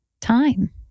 time